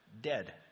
dead